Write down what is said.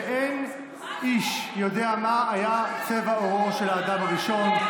ואין איש יודע מה היה צבע עורו של האדם הראשון".